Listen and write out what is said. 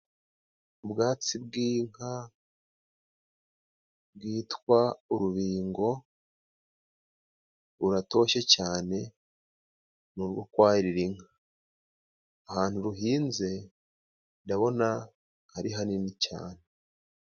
Ubwatsi bw'inka bwitwa urubingo buratoshe cane ni urwo kwahirira inka, ahantu ruhinze ndabona ari hanini cane .